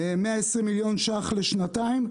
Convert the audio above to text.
125 מיליון שקלים לשנתיים,